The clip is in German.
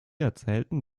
erzählten